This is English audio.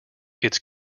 its